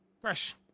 Fresh